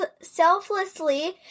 selflessly